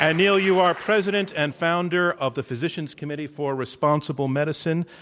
and neal, you are president and founder of the physicians committee for responsible medicine.